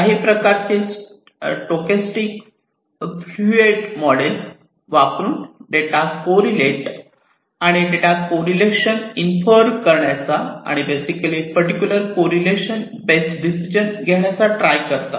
काही प्रकारचे stochastic fluid model वापरून डेटा कोरिलेट आणि डेटा कोरिलेशन इन्फर करण्याचा आणि basically particular correlation base decision घेण्याचा ट्राय करतात